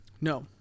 No